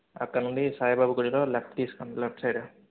అక్కడనుండి సాయిబాబా గుడిలో లెఫ్ట్ తీసుకోండి లెఫ్ట్ సైడ్